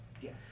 Yes